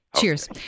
Cheers